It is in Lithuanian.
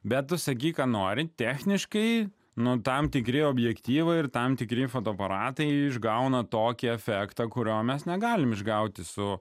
bet tu sakyk ką nori techniškai nuo tam tikri objektyvai ir tam tikri fotoaparatai išgauna tokį efektą kurio mes negalime išgauti su